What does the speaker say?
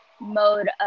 mode